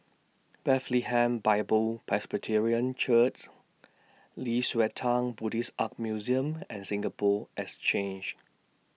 Bethlehem Bible Presbyterian Nei Xue Tang Buddhist Art Museum and Singapore Exchange